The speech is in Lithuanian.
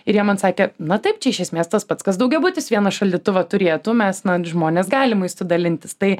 ir jie man sakė na taip čia iš esmės tas pats kas daugiabutis vieną šaldytuvą turėtų mes na žmonės gali maistu dalintis tai